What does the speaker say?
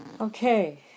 Okay